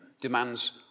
demands